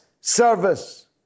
service